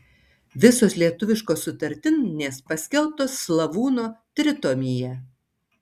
visos lietuviškos sutartinės paskelbtos slavūno tritomyje